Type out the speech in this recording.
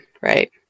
right